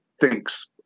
thinks